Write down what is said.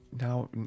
now